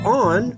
on